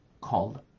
called